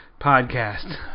podcast